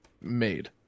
made